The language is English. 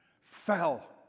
Fell